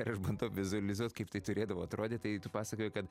ir aš bandau vizualizuot kaip tai turėdavo atrodyti tai tu pasakojai kad